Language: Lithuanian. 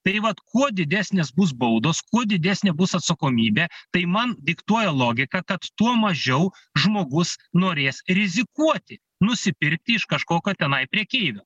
tai vat kuo didesnės bus baudos kuo didesnė bus atsakomybė tai man diktuoja logika kad tuo mažiau žmogus norės rizikuoti nusipirkti iš kažkokio tenai prekeivio